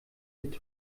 wird